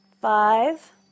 five